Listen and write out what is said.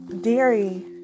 dairy